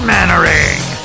Mannering